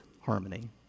harmony